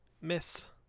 miss